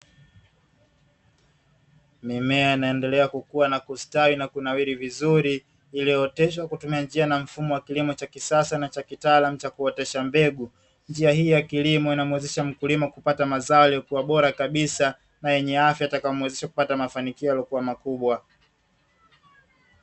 Mimea inaendelea kukua na kustawi na kunawiri vizuri iliyooteshwa kupitia njia mfumo wa kilimo cha kisasa cha kitaalamu cha kuotesha mbegu, njia hii njia hii ya kilimo inamuezesha mkulima kupata mazao yaliyokuwa bora kabisa na yenye afya yatakayomuezesha kupata mafanikio yaliyokuwa makubwa.